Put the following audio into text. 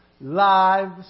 lives